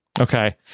okay